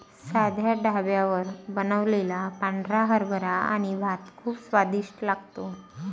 साध्या ढाब्यावर बनवलेला पांढरा हरभरा आणि भात खूप स्वादिष्ट लागतो